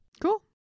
Cool